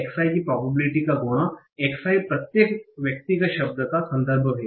xi की probability का गुणा x i प्रत्येक व्यक्तिगत शब्द का संदर्भ है